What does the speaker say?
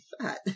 fat